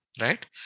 right